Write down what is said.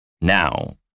now